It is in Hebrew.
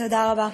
תודה רבה.